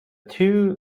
two